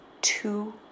two